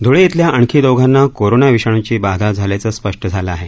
ध्वळे इथल्या आणखी दोघांना कोरोना विषाणूची बाधा झाल्याचं स्पष्ट झालं आहे